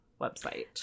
website